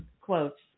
quotes